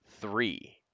three